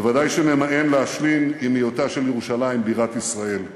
ודאי שממאן להשלים עם היות ירושלים בירת ישראל.